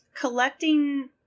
collecting